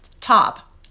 top